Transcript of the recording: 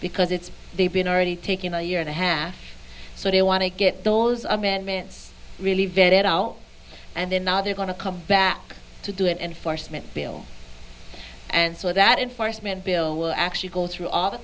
because it's they've been already taking a year and a half so they want to get those amendments really vetted out and then now they're going to come back to do it enforcement bill and so that enforcement bill will actually go through all the